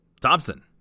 Thompson